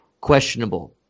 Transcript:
questionable